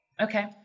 Okay